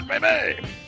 baby